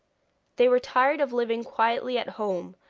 they were tired of living quietly at home,